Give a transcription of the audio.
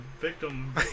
Victim